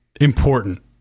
important